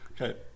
okay